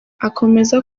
akomeza